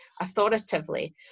authoritatively